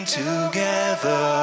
together